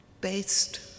based